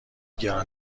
گران